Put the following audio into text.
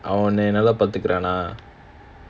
அவன் உன்ன நல்ல பாத்துக்குறானா:avan unna nalla paarthukuraanaa